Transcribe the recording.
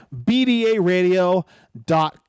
bdaradio.com